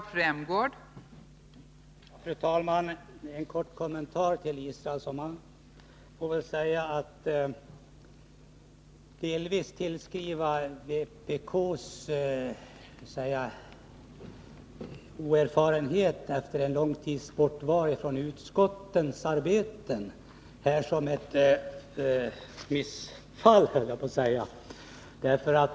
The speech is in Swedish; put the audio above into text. Fru talman! En kort kommentar till vad Per Israelsson sade. Det får väl delvis tillskrivas vpk:s oerfarenhet efter en lång tids bortovaro från utskottens arbete — som ett missfall, höll jag på att säga.